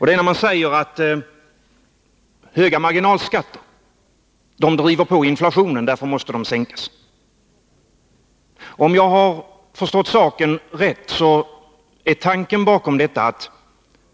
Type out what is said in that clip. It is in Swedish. Jag avser påståendet att höga marginalskatter driver på inflationen och att de därför måste sänkas. Om jag har förstått saken rätt är tanken bakom detta att